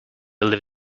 leave